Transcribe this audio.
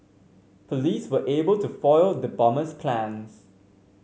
police were able to foil the bomber's plans